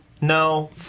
No